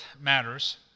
matters